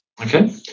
Okay